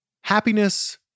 happiness